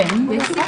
הישיבה